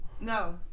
No